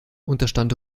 unterstand